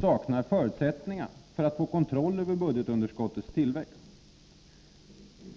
saknar förutsättningar att få kontroll över budgetunderskottets tillväxt.